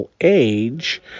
age